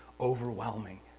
overwhelming